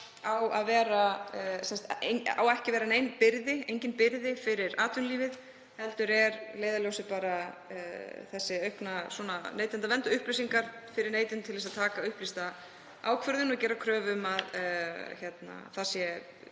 ekki að vera nein byrði fyrir atvinnulífið heldur er leiðarljósið þessi aukna neytendavernd, upplýsingar fyrir neytendur til þess að taka upplýsta ákvörðun og gera kröfu um að